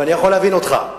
ואני יכול להבין אותך.